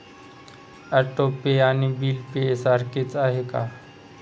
Auto pay आणि bill pay सारखेच आहे का?